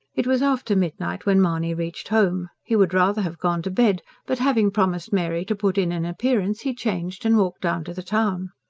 it was after midnight when mahony reached home. he would rather have gone to bed, but having promised mary to put in an appearance, he changed and walked down to the town.